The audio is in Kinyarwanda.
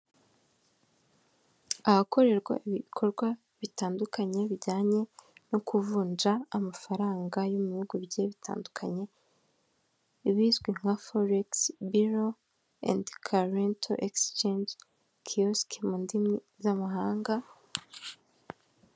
Ahakorerwa ibikorwa bitandukanye bijyanye no kuvunja amafaranga yo mu bihugu bigiye bitandukanye bizwi nka folix biro and calto exgens kiuski mu ndimi z'amahanga.